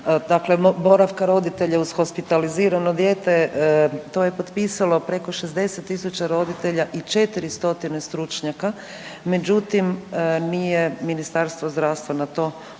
boravka roditelja uz hospitalizirano dijete. To je potpisalo preko 60 tisuća roditelja i 4 stotine stručnjaka. Međutim, nije Ministarstvo zdravstva na to uopće